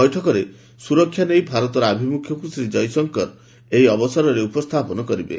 ବୈଠକରେ ସ୍ୱରକ୍ଷା ନେଇ ଭାରତର ଆଭିମୁଖ୍ୟକୁ ଶ୍ରୀ ଜୟଶଙ୍କର ଏହି ଅବସରରେ ଉପସ୍ଥାପନ କରିବେ